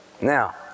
Now